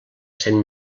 cent